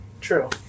True